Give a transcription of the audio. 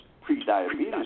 pre-diabetes